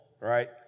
right